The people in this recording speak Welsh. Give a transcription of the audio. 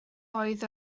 oedd